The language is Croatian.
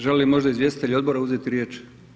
Žele li možda izvjestitelji odbora uzeti riječ?